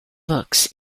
books